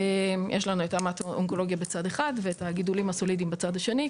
יש לנו את המטואונקולוגיה בצד אחד ואת הגידולים הסולידיים בצד השני,